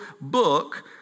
book